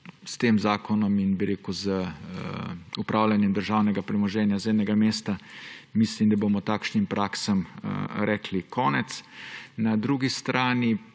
S tem zakonom in z upravljanjem državnega premoženja z enega mesta, mislim da, bomo takšnim praksam rekli konec. Na drugi strani